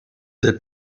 the